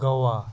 Goa